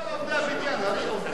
הקבלנים הם מעט.